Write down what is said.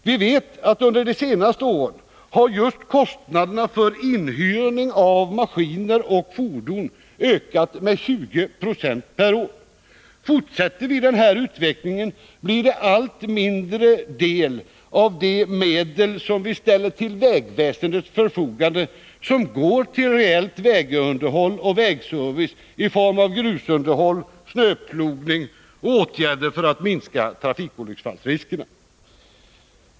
Vi vet att under de senaste åren har just kostnaderna för inhyrning av maskiner och fordon ökat med 20 46 per år. Fortsätter vi den utvecklingen, blir det allt mindre del av de medel som vi ställer till vägverkets förfogande som går till reellt vägunderhåll och vägservice i form av grusunderhåll, snöplogning och åtgärder för att minska trafikolycksfallsriskerna.